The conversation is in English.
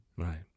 Right